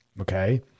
okay